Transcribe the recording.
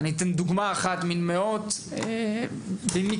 אתן דוגמה אחת ממאות: במקרה,